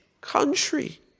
country